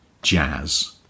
Jazz